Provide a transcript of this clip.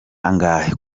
angahe